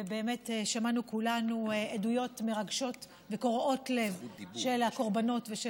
ובאמת שמענו כולנו עדויות מרגשות וקורעות לב של הקורבנות ושל